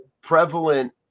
prevalent